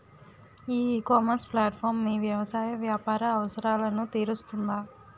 ఈ ecommerce platform మీ వ్యవసాయ వ్యాపార అవసరాలను తీరుస్తుందా?